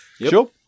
Sure